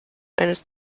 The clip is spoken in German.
eines